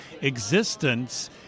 existence